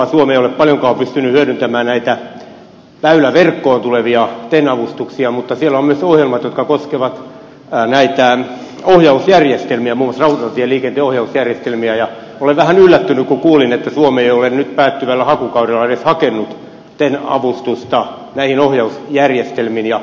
suomi ei ole paljonkaan pystynyt hyödyntämään näitä väyläverkkoon tulevia ten avustuksia mutta siellä on myös ohjelmat jotka koskevat muun muassa näitä rautatieliikenteen ohjausjärjestelmiä ja olen vähän yllättynyt kun kuulin että suomi ei ole nyt päättyvällä hakukaudella edes hakenut ten avustusta näihin ohjausjärjestelmiin